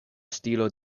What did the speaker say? stilo